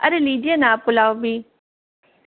अरे लीजिए ना आप पुलाव भी